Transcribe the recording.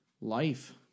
life